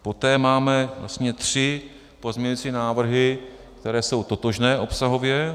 Poté máme vlastně tři pozměňující návrhy, které jsou totožné obsahově.